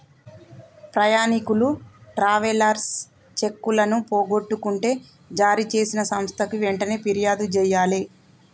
ప్రయాణీకులు ట్రావెలర్స్ చెక్కులను పోగొట్టుకుంటే జారీచేసిన సంస్థకి వెంటనే పిర్యాదు జెయ్యాలే